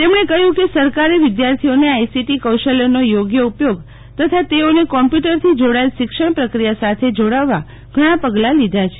તેમણે કહ્યું કે સરકારે વિદ્યાર્થીઓને આઈસીટી કૌશલ્યનો યોગ્ય ઉપયોગ તથા તેઓને કમ્પ્યુટરથી જોડાયેલ શિક્ષણ પ્રક્રિયા સાથે જોડાવવા ઘણાં પગલા લીધા છે